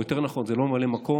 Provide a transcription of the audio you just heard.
או יותר נכון זה לא ממלא מקום,